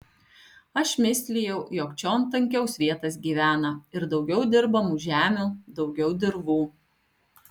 aš mislijau jog čion tankiau svietas gyvena ir daugiau dirbamų žemių daugiau dirvų